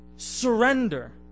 Surrender